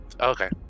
Okay